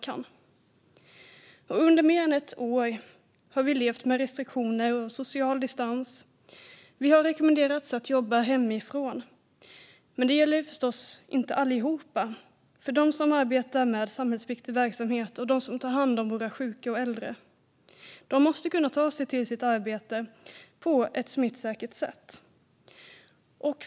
Tillfällig skatte och avgiftsfrihet för förmån av fri parkering och gåva till anställda Under mer än ett år har vi levt med restriktioner och social distans. Vi har rekommenderats att jobba hemifrån. Men det gäller förstås inte alla. De som arbetar med samhällsviktig verksamhet och de som tar hand om våra sjuka och äldre måste kunna ta sig till sitt arbete på ett smittsäkert sätt.